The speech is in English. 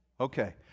Okay